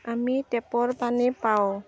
আমি টেপৰ পানী পাওঁ